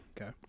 okay